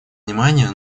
внимания